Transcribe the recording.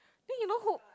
then you know who